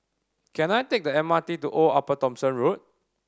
can I take the M R T to Old Upper Thomson Road